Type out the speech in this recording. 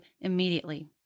immediately